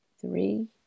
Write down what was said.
three